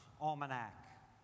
almanac